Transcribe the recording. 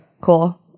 cool